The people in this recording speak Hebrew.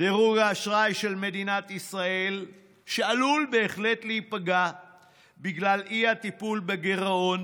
דירוג האשראי של מדינת ישראל עלול בהחלט להיפגע בגלל אי-טיפול בגירעון